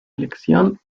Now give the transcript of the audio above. elección